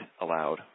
allowed